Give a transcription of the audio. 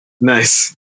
Nice